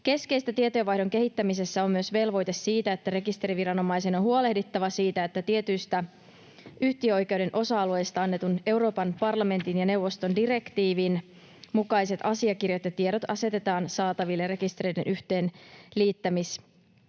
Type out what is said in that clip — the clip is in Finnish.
Keskeistä tietojenvaihdon kehittämisessä on myös velvoite siitä, että rekisteriviranomaisen on huolehdittava siitä, että tietyistä yhtiöoikeuden osa-alueista annetun Euroopan parlamentin ja neuvoston direktiivin mukaiset asiakirjat ja tiedot asetetaan saataville rekistereiden yhteenliittämisjärjestelmän